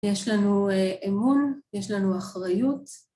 ‫יש לנו אמון, יש לנו אחריות.